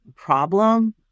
problem